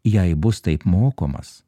jei bus taip mokomas